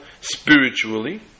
spiritually